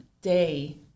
day